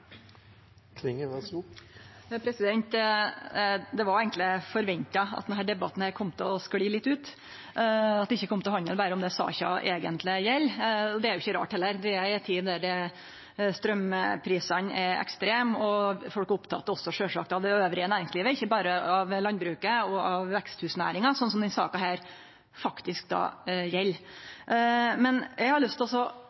Det var eigentleg forventa at denne debatten kom til å skli litt ut, og at det ikkje kom til å handle berre om det saka eigentleg gjeld. Det er ikkje rart heller – vi er i ei tid der straumprisane er ekstreme, og folk er sjølvsagt òg opptekne av næringslivet elles, ikkje berre av landbruket og av veksthusnæringa, som denne saka faktisk gjeld. Men eg har lyst til å